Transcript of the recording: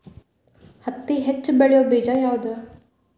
ಹತ್ತಿ ಹೆಚ್ಚ ಬೆಳೆಯುವ ಬೇಜ ಯಾವುದು?